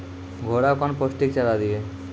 घोड़ा कौन पोस्टिक चारा दिए?